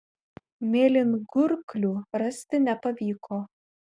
mėlyngurklių rasti nepavyko